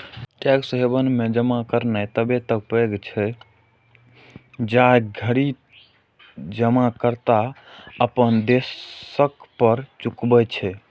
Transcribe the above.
tax haven मे जमा करनाय तबे तक वैध छै, जाधरि जमाकर्ता अपन देशक कर चुकबै छै